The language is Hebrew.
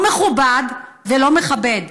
לא מכובד ולא מכבד.